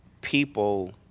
people